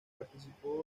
participó